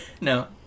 No